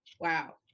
Wow